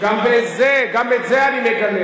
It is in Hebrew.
גם את זה אני מגנה.